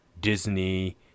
disney